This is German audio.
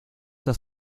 das